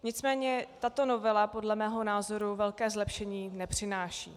Nicméně tato novela podle mého názoru velké zlepšení nepřináší.